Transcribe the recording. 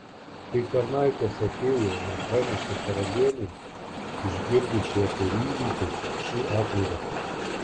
kai tarnaitės atėjo ir pranešė karalienei išgirdusi apie įvykius ši apmirė